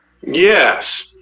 Yes